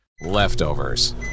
Leftovers